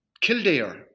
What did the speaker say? Kildare